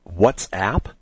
WhatsApp